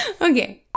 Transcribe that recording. okay